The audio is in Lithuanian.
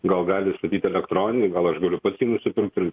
gal gali statyt elektroninį gal aš galiu pats jį nusipirkti